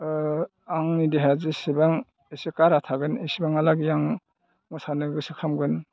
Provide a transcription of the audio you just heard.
आंनि देहाया जेसेबां एसे कारहा थागोन इसेबांहालागि आं मोसानो गोसो खालामगोन